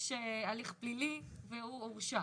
יש הליך פלילי והוא הורשע.